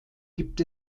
gibt